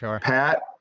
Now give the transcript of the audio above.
Pat